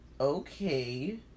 okay